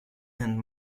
and